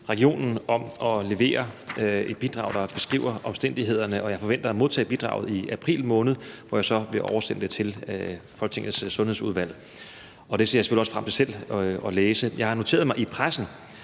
regionen om at levere et bidrag, der beskriver omstændighederne, og jeg forventer at modtage bidraget i april måned, hvor jeg så vil oversende det til Folketingets Sundhedsudvalg, og det ser jeg selvfølgelig også frem til selv at læse. Jeg har noteret mig i pressen,